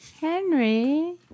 Henry